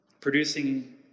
producing